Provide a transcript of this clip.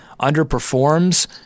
underperforms